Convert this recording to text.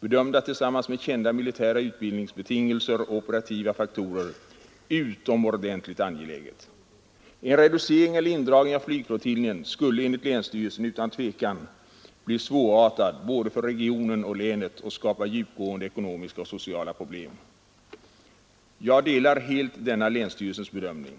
bedömda tillsammans med kända militära utbildningsbetingelser och operativa faktorer, utomordentligt angeläget. En reducering eller indragning av flygflottiljen skulle enligt länsstyrelsen utan tvivel bli svårartad för både regionen och länet och skapa djupgående ekonomiska och sociala problem. — Jag delar helt denna länsstyrelsens bedömning.